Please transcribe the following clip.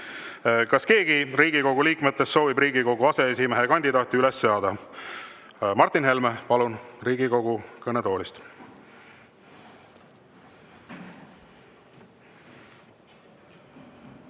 Kas keegi Riigikogu liikmetest soovib Riigikogu aseesimehe kandidaati üles seada? Martin Helme, palun, Riigikogu kõnetoolist!